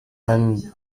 einen